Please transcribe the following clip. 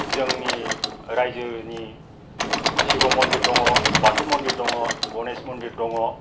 जोंनि रायजोनि शिब मन्दिर दङ बाथौ मन्दिर दङ गनेस मन्दिर दङ